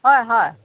হয় হয়